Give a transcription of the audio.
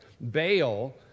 Baal